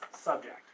subject